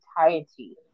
entirety